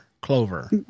Clover